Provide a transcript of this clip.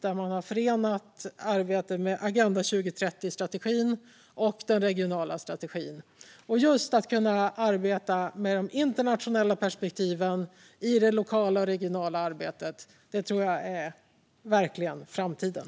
Där har man förenat arbetet med Agenda 2030-strategin och den regionala strategin. Just att kunna arbeta med de internationella perspektiven i det lokala och regionala arbetet tror jag verkligen är framtiden.